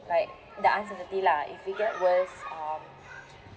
like the uncertainty lah if it get worse um